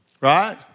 Right